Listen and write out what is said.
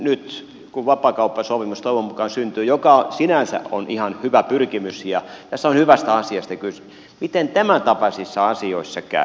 nyt kun vapaakauppasopimus toivon mukaan syntyy mikä sinänsä on ihan hyvä pyrkimys ja missä on hyvästä asiasta kyse miten tämäntapaisissa asioissa käy